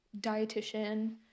dietitian